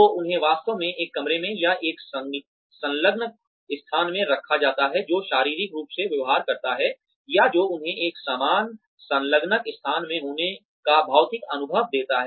तो उन्हें वास्तव में एक कमरे में या एक संलग्न स्थान में रखा जाता है जो शारीरिक रूप से व्यवहार करता है या जो उन्हें एक समान संलग्न स्थान में होने का भौतिक अनुभव देता है